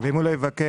ואם הוא לא יבקש?